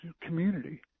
community